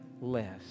less